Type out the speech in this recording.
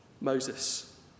Moses